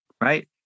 Right